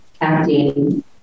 acting